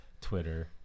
Twitter –